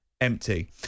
empty